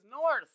north